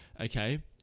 okay